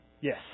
Yes